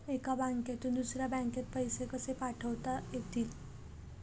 एका बँकेतून दुसऱ्या बँकेत पैसे कसे पाठवता येतील?